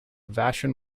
vashon